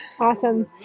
Awesome